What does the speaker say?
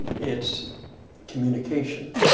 it's communication.